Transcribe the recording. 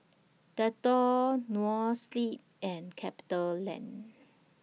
Dettol Noa Sleep and CapitaLand